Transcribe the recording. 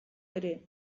ere